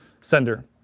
sender